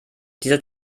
dieser